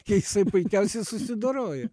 jisai puikiausiai susidorojo